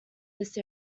this